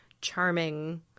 charming